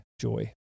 joy